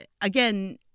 again